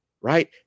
right